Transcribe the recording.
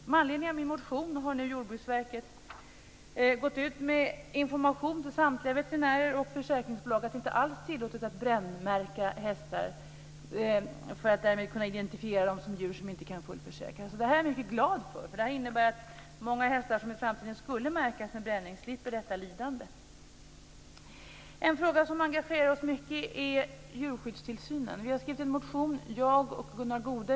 Med anledning av min motion har nu Jordbruksverket gått ut med information till samtliga veterinärer och försäkringsbolag om att det inte alls är tillåtet att brännmärka hästar för att därmed kunna identifiera dem som djur som inte kan fullförsäkras. Det är jag mycket glad för, för det innebär att många hästar som i framtiden skulle märkas med bränning slipper detta lidande. En fråga som engagerar oss mycket är frågan om djurskyddstillsyn. Jag och Gunnar Goude har skrivit en motion.